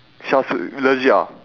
charger legit ah